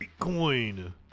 Bitcoin